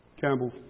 Campbell